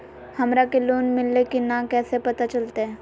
हमरा के लोन मिल्ले की न कैसे पता चलते?